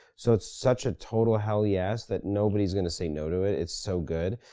so it's such a total hell yes, that nobody's gonna say no to it. it's so good,